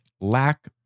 lack